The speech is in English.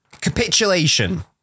capitulation